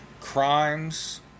crimes